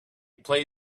play